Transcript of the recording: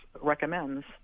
recommends